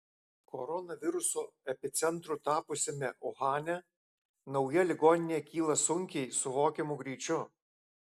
koronaviruso epicentru tapusiame uhane nauja ligoninė kyla sunkiai suvokiamu greičiu